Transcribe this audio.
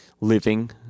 living